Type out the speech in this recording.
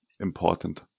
Important